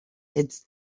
his